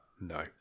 No